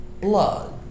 blood